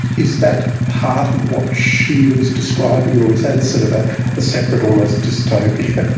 is that part of what she was describing or is that a sort of ah a separate almost dystopia?